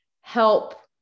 help